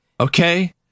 Okay